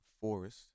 Forest